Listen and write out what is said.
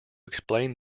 explain